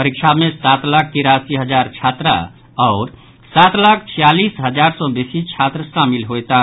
परीक्षा मे सात लाख तिरासी हजार छात्रा आओर सात लाख छियालीस हजार सँ बेसी छात्र शामिल होयताह